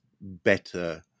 better